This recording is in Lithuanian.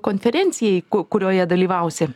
konferencija i kurioje dalyvausi